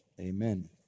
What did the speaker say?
amen